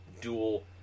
dual